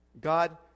God